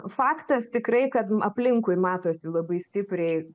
faktas tikrai kad aplinkui matosi labai stipriai